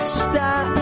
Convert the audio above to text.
stop